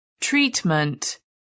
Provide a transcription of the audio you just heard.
Treatment